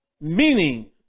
meaning